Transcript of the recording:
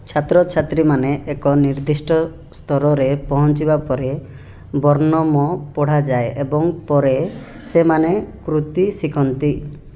ଛାତ୍ରଛାତ୍ରୀମାନେ ଏକ ନିର୍ଦ୍ଦିଷ୍ଟ ସ୍ତରରେ ପହଞ୍ଚିବା ପରେ ବର୍ଣ୍ଣମ୍ ପଢ଼ାଯାଏ ଏବଂ ପରେ ସେମାନେ କୃତି ଶିଖନ୍ତି